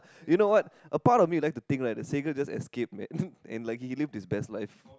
you know what a part of me like to think right that Sega just escape and like he lived his best life